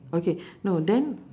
okay no then